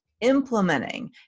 implementing